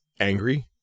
angry